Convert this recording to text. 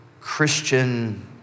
Christian